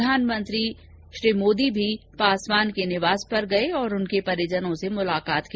प्रधानमंत्री मोदी भी श्री पासवान के निवास पर गए और उनके परिजनों से मुलाकात की